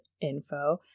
info